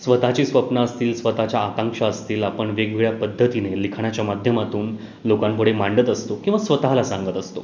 स्वतःची स्वप्नं असतील स्वतःच्या आकांक्षा असतील आपण वेगवेगळ्या पद्धतीने लिखाणाच्या माध्यमातून लोकांपुढे मांडत असतो किंवा स्वतःला सांगत असतो